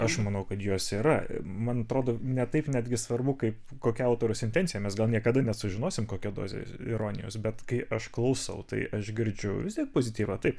aš manau kad jos yra man atrodo ne taip netgi svarbu kaip kokia autoriaus intencija mes gal niekada nesužinosim kokia dozė ironijos bet kai aš klausau tai aš girdžiu vis tiek pozityvą taip